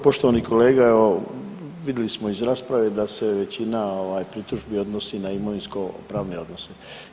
Poštovani kolega evo vidli smo iz rasprave da se većina ovaj pritužbi odnosi na imovinsko pravne odnose.